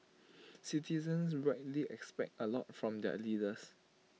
citizens rightly expect A lot from their leaders